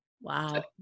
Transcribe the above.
Wow